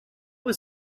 was